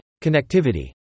connectivity